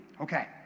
Okay